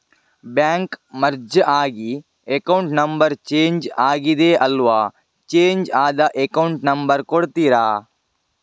Bank merge ಆಗಿ account number change ಆಗಿದೆ ಅಲ್ವಾ, ಚೇಂಜ್ ಆದ ಅಕೌಂಟ್ ನಂಬರ್ ಕೊಡ್ತೀರಾ?